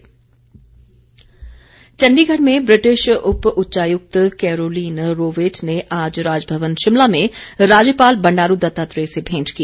राज्यपाल चण्डीगढ़ में ब्रिटिश उप उच्चायुक्त कैरोलीन रोवेट ने आज राजभवन शिमला में राज्यपाल बंडारू दत्तात्रेय से भेंट की